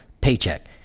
paycheck